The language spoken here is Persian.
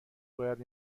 باید